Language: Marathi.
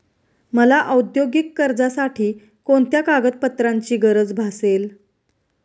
मला औद्योगिक कर्जासाठी कोणत्या कागदपत्रांची गरज भासेल?